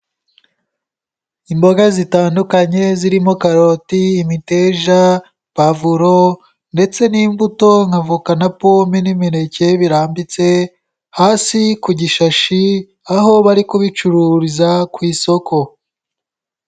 Imboga zitandukanye zirimo karoti, imiteja, pavuro ndetse n'imbuto nka voka na pome n'imineke birambitse hasi ku gishashi aho bari kubicururiza ku isoko.